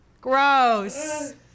Gross